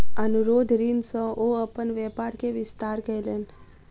अनुरोध ऋण सॅ ओ अपन व्यापार के विस्तार कयलैन